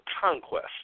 conquest